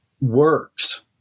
works